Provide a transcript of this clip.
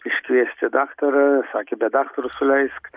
iškviesti daktarą sakė be daktaro suleisk